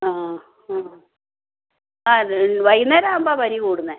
ആ ആ ആ ഇത് വൈകുന്നേരം ആവുമ്പോഴാണ് പനി കൂടുന്നത്